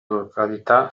località